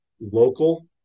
local